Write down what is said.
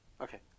Okay